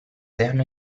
hanno